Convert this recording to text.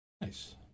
nice